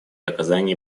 оказании